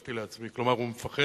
חשבתי לעצמי: כלומר, הוא מפחד